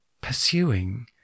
pursuing